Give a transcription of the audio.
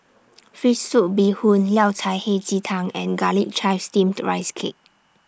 Fish Soup Bee Hoon Yao Cai Hei Ji Tang and Garlic Chives Steamed Rice Cake